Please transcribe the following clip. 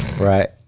Right